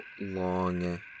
long